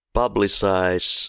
publicize